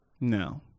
No